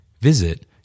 Visit